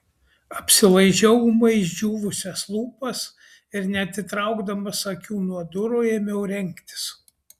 apsilaižiau ūmai išdžiūvusias lūpas ir neatitraukdamas akių nuo durų ėmiau rengtis